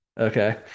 Okay